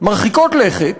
מרחיקות לכת